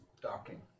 docking